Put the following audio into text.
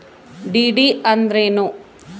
DD ಅಂದ್ರೇನು?